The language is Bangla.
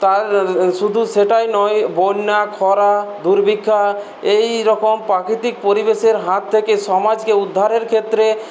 এবং তার শুধু সেটাই নয় বন্যা খরা দুর্ভিক্ষ এইরকম প্রাকৃতিক পরিবেশের হাত থেকে সমাজকে উদ্ধারের ক্ষেত্রে